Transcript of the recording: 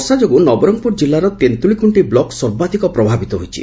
ବର୍ଷା ଯୋଗୁଁ ନବରଙ୍ଙପୁର ଜିଲ୍ଲାର ତେନ୍ତୁଳିଖୁଷ୍କି ବ୍ଲକ୍ ସର୍ବାଧିକ ପ୍ରଭାବିତ ହୋଇଛି